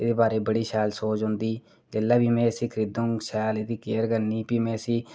एह्दे बारै च बड़ी शैल सोच औंदी की जेल्लै बी में इसी खरीदङ में एह्दी शैल केयर करनी भी में इसी